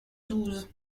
douze